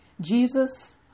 Jesus